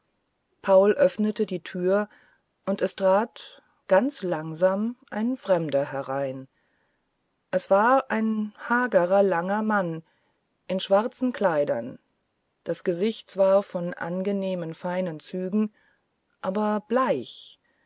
paul öffnete die tür und es trat ganz langsam ein fremder herein es war ein hagere langer mann in schwarzen kleidern das gesicht zwar von angenehmen feinen zügen aber bleich